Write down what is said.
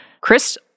Chris